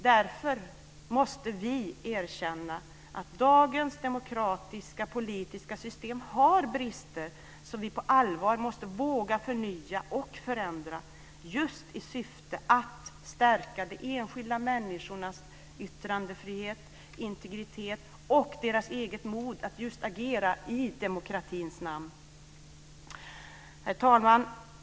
Därför måste vi erkänna att dagens demokratiska politiska system har brister som vi på allvar måste våga förnya och förändra, just i syfte att stärka de enskilda människornas yttrandefrihet, integritet och deras eget mod att agera i demokratins namn. Herr talman!